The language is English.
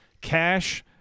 Cash